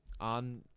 on